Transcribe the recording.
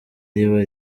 riba